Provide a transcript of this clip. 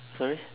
sorry